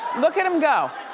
look at him go.